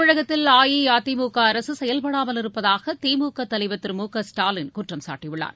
தமிழகத்தில் அஇஅதிமுக அரசு செயல்படாமல் இருப்பதாக திமுக தலைவர் திரு மு க ஸ்டாலின் குற்றம்சாட்டியுள்ளார்